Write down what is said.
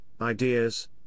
ideas